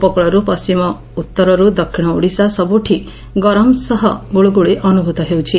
ଉପକୁଳରୁ ପଣ୍ିମ ଉଉରୁ ଦକ୍ଷିଣ ଓଡ଼ିଶା ସବୁଠି ଗରମ ସହ ଗୁଳୁଗୁଳି ଅନୁଭୂତି ହେଉଛି